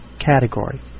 category